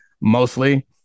mostly